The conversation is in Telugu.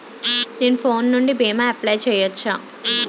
నేను ఫోన్ నుండి భీమా అప్లయ్ చేయవచ్చా?